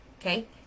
okay